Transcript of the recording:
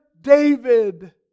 David